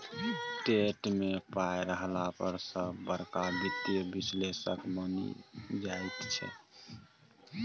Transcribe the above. TET मे पाय रहला पर सभ बड़का वित्तीय विश्लेषक बनि जाइत छै